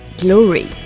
glory